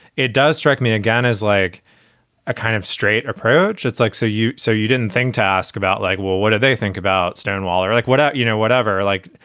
it does strike me again as like a kind of straight approach. it's like so you so you didn't think to ask about like, well, what did they think about stonewall or like what, you know, whatever, like,